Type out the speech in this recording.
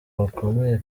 bakomeye